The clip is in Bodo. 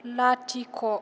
लाथिख'